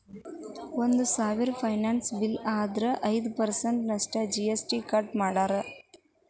ಒಂದ್ ಸಾವ್ರುಪಯಿ ಬಿಲ್ಲ್ ಆದ್ರ ಐದ್ ಪರ್ಸನ್ಟ್ ನಷ್ಟು ಜಿ.ಎಸ್.ಟಿ ಕಟ್ ಮಾದ್ರ್ಸ್